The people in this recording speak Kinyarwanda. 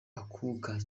akuka